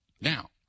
Now